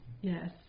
Yes